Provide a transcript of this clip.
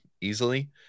easily